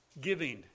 giving